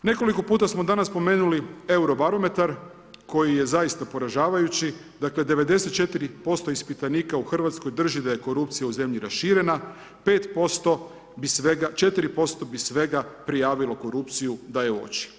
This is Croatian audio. Nekoliko puta smo danas spomenuli Euro barometar koji je zaista poražavajući, dakle 94% ispitanika u Hrvatskoj drži da je korupcija u zemlji raširena, 4% bi svega prijavilo korupciju da je uoči.